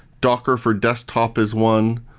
docker for desktop is one.